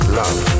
love